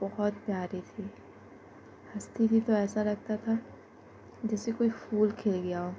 بہت پیاری تھی ہنستی تھی تو ایسا لگتا تھا جیسے کوئی پھول کھل گیا ہو